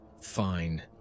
fine